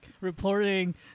reporting